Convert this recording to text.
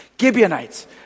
Gibeonites